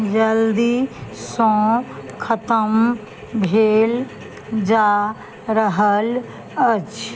जल्दीसँ खतम भेल जा रहल अछि